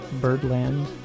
Birdland